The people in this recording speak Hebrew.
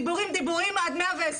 דיבורים דיבורים עד 120,